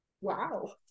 Wow